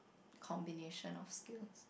combination of skills